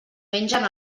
mengen